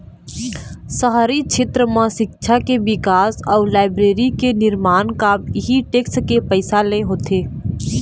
शहरी छेत्र म सिक्छा के बिकास अउ लाइब्रेरी के निरमान काम इहीं टेक्स के पइसा ले होथे